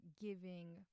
giving